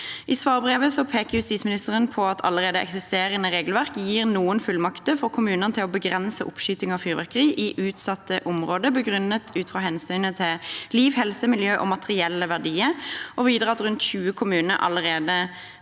I svarbrevet peker justisministeren på at allerede eksisterende regelverk gir noen fullmakter for kommunene til å begrense oppskyting av fyrverkeri i utsatte områder, begrunnet ut fra hensynet til liv, helse, miljø eller materielle verdier, og videre at rundt 20 kommuner har